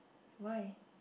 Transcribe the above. why